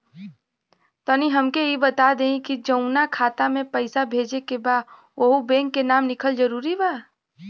तनि हमके ई बता देही की जऊना खाता मे पैसा भेजे के बा ओहुँ बैंक के नाम लिखल जरूरी बा?